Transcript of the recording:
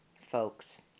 folks